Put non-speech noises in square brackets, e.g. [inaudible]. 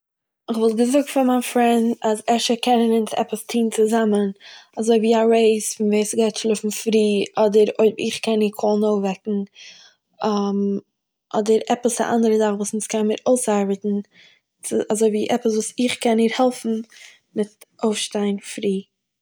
איך וואלט געזאגט פאר מיין פרענד אז אפשר קענען אונז עפעס טון צוזאמען אזוי וואו א רעיס פון ווער ס'גייט שלאפן פרי אדער אויב איך קען איר קעלן אויפוועקן [hesitation] אדער עפעס א אנדערע זאך וואס אונז קענמיר אויסארבעטן צו- אזוי וואו עפעס וואס איך קען איר העלפן מיט אויפשטיין פרי